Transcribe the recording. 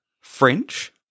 French